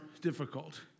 difficult